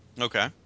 Okay